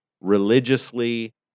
religiously